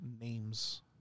names